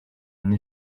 une